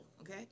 okay